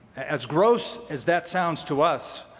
as gross as that sounds to us,